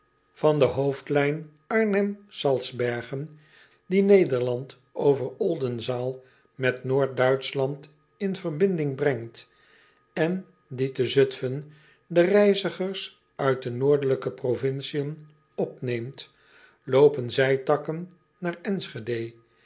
r g e n die ederland over ldenzaal met oord uitschland in verbinding brengt en die te utfen de reizigers uit de oordelijke provinciën opneemt loopen zijtakken naar nschede